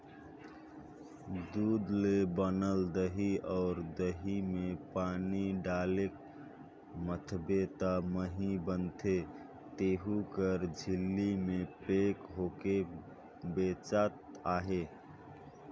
दूद ले बनल दही अउ दही में पानी डायलके मथबे त मही बनथे तेहु हर झिल्ली में पेक होयके बेचात अहे